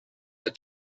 the